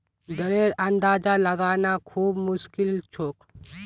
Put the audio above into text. दरेर अंदाजा लगाना खूब मुश्किल छोक